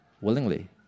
willingly